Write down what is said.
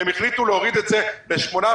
הם החליטו להוריד את זה ל-8%.